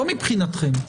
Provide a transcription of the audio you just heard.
לא מבחינתכם,